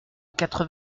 quatre